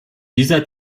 dieser